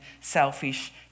selfish